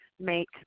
make